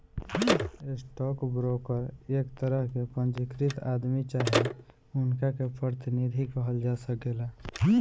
stock broker एक तरह के पंजीकृत आदमी चाहे उनका के प्रतिनिधि कहल जा सकेला